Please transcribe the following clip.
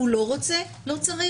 הוא לא רוצה לא צריך.